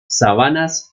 sabanas